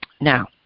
Now